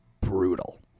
brutal